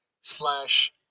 slash